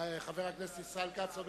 חבר הכנסת ישראל כץ,